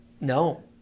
No